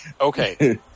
Okay